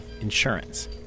insurance